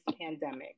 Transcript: pandemic